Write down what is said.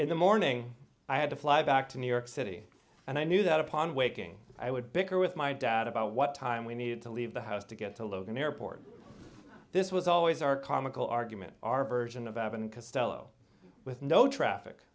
in the morning i had to fly back to new york city and i knew that upon waking i would bigger with my dad about what time we needed to leave the house to get to logan airport this was always our comical argument our version of abbott and costello with no traffic